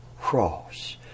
cross